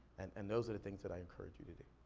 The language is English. and and those are the things that i encourage you to do.